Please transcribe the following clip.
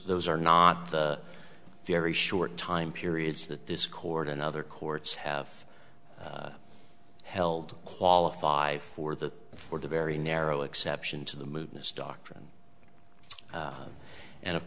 those are not the very short time periods that this court and other courts have held qualify for the or the very narrow exception to the movement's doctrine and of